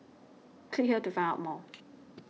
click here to find out more